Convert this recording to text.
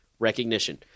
Recognition